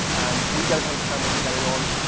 um we don't understand what's going on,